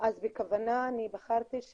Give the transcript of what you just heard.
אז בכוונה אני בחרתי,